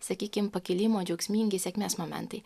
sakykim pakilimo džiaugsmingi sėkmės momentai